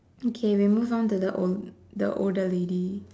okay we move on to the old the older lady